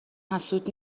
حسود